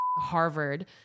Harvard